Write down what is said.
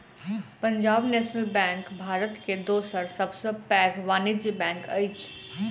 Punjab National Bank Bharat के दोसर सब सॅ पैघ वाणिज्य बैंक अछि